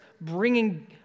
bringing